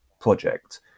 project